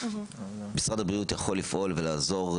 משרד הבריאות יכול לפעול ולעזור,